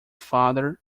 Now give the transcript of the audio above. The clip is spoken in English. father